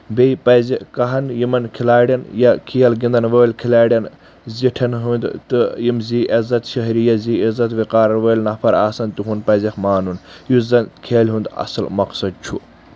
بییٚہِ پزِ کہن یِمن کھِلاڑٮ۪ن یا کھیل گنٛدن وٲلۍ کھِلاڑٮ۪ن زِٹھیٚن ہُنٛد تہٕ یِم زِ عزت چھِ عزت وِقار وٲلۍ نفر آسن تِہُنٛد پزیٚکھ مانُن یُس زن کھیٚلہِ ہُنٛد اصٕل مقصد چھُ